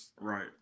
Right